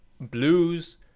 blues